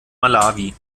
malawi